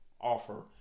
offer